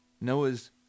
Noah's